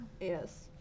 Yes